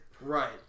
Right